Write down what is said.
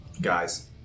guys